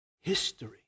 history